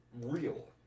real